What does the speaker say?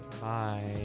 bye